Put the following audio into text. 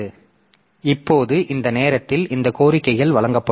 எனவே இப்போது இந்த நேரத்தில் இந்த கோரிக்கைகள் வழங்கப்படும்